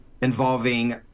involving